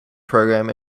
program